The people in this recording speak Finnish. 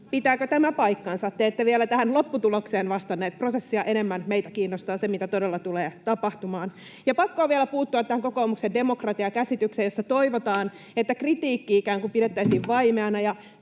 Pitääkö tämä paikkansa? Te ette vielä tähän lopputulokseen vastannut. Prosessia enemmän meitä kiinnostaa se, mitä todella tulee tapahtumaan. Pakko on vielä puuttua tähän kokoomuksen demokratiakäsitykseen, jossa toivotaan, että kritiikki ikään kuin pidettäisiin vaimeana